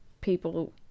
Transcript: people